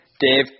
Dave